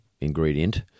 ingredient